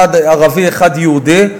אחד ערבי ואחד יהודי,